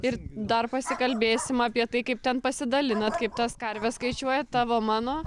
ir dar pasikalbėsim apie tai kaip ten pasidalinat kaip tas karves skaičiuojat tavo mano